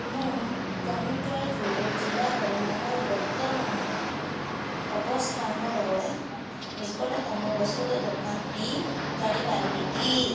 ମୁଁ କୋମ୍ୟାଟୁର ଜିଲ୍ଲାରେ ମୋର ବର୍ତ୍ତମାନ ଅବସ୍ଥାନର ନିକଟତମ ଔଷଧ ଦୋକାନଟି ଜାଣିପାରିବି କି